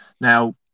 Now